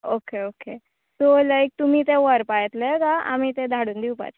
okay okay so लायक तुमी ते व्हरपाक येतले काय आमी ते धाडून दिवपाचे